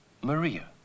Maria